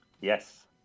Yes